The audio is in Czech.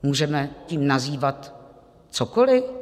Můžeme tím nazývat cokoli?